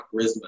charisma